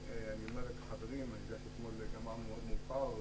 אני יודע שאתמול גמרנו מאוד מאוחר,